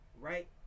right